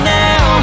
now